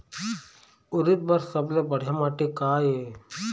उरीद बर सबले बढ़िया माटी का ये?